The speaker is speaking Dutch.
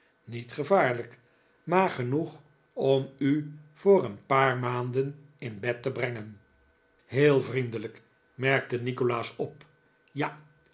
niet gevaarlijk maar genoeg om u voor een paar maanden dick in bed te brengen heel vriendelijk merkte nikolaas op ja